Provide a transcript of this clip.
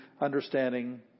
understanding